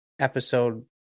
episode